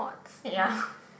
ya